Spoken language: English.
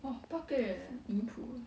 哇八个月 eh 离谱 eh